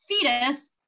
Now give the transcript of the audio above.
fetus